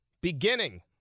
beginning